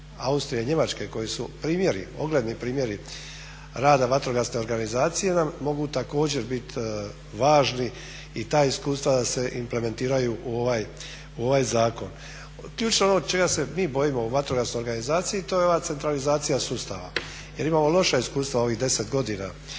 Austrije i Njemačke koje su primjeri, ogledni primjeri rada vatrogasne organizacije nam mogu također biti i ta iskustva da se implementiraju u ovaj zakon. Ključno ono čega se mi bojimo u vatrogasnoj organizaciji to je ova centralizacija sustava jer imamo loša iskustva ovih 10 godina